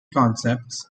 concepts